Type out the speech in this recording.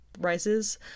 Rises